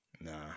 Nah